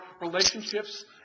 relationships